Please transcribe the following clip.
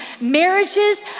marriages